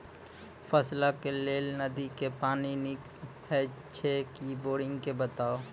फसलक लेल नदी के पानि नीक हे छै या बोरिंग के बताऊ?